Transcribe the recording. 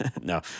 No